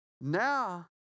Now